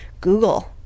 Google